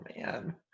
man